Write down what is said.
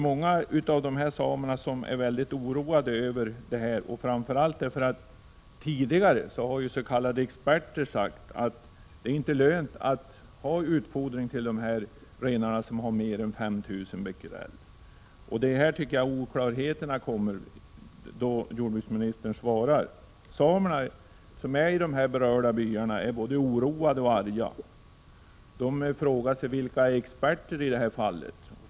Många av samerna är mycket oroade, framför allt därför att s.k. experter tidigare har sagt att det inte är lönt att försöka med utfodring för de renar som haren cesiumhalt på mer än 5 000 bequerel. Det är här oklarheterna kommer in i jordbruksministerns svar. Samerna i de berörda byarna är både oroade och arga. De frågar sig vilka som är experter i detta fall.